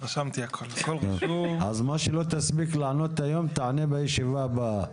מה שלא תספיק לענות היום, תענה בישיבה הבאה.